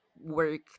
work